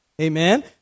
Amen